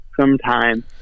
sometime